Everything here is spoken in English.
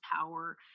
power